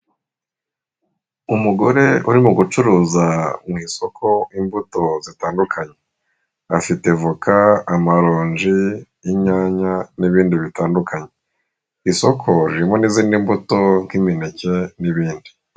Umugore urimo gucuruza mu isoko imbuto zitandukanye. Afite voka, amaronji, inyanya n'ibindi bitandukanye. Isoko ririmo n'izindi mbuto nk'imineke n'ibindi.